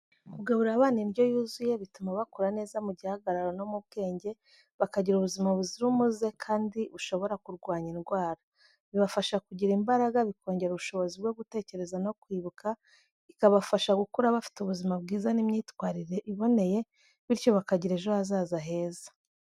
Kugaburira abana indyo yuzuye bituma bakura neza mu gihagararo no mu bwenge, bakagira ubuzima buzira umuze kandi bushobora kurwanya indwara. Bibafasha kugira imbaraga, bikongera ubushobozi bwo gutekereza no kwibuka, ikabafasha gukura bafite ubuzima bwiza n’imyitwarire iboneye, bityo bakagira ejo hazaza heza.